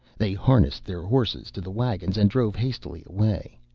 they harnessed their horses to the waggons and drove hastily away.